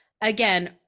again